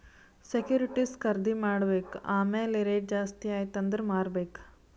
securities ಖರ್ದಿ ಮಾಡ್ಬೇಕ್ ಆಮ್ಯಾಲ್ ರೇಟ್ ಜಾಸ್ತಿ ಆಯ್ತ ಅಂದುರ್ ಮಾರ್ಬೆಕ್